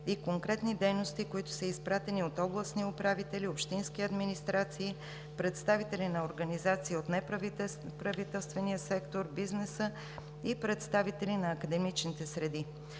и конкретни дейности, които са изпратени от областни управители, общински администрации, представители на организации от неправителствения сектор, бизнеса и представители на академичните среди.